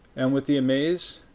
and with the amaze